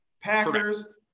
Packers